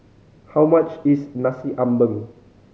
how much is Nasi Ambeng